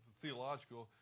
theological